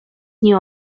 nie